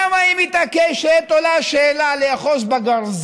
עולה השאלה: למה היא מתעקשת לאחוז בגרזן